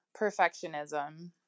perfectionism